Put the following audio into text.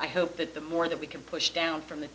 i hope that the more that we can push down from the